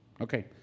Okay